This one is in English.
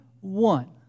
one